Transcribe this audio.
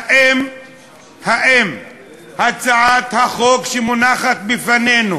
האם הצעת החוק שמונחת בפנינו